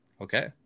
Okay